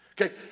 Okay